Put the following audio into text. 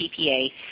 PPA